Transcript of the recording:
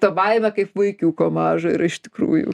ta baimė kaip vaikiuko mažo yra iš tikrųjų